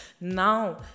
Now